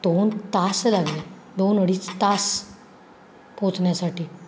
दोन तास लागले दोन अडीच तास पोहचण्यासाठी